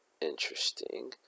interesting